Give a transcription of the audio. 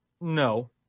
No